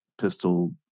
pistol